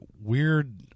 weird